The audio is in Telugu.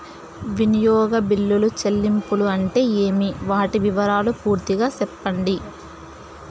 వినియోగ బిల్లుల చెల్లింపులు అంటే ఏమి? వాటి వివరాలు పూర్తిగా సెప్పండి?